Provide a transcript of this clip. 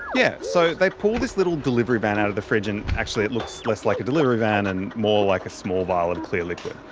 yeah. so they pull this little delivery van out of the fridge and actually, it looks less like a delivery van and more like a small vial of clear liquid.